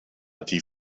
die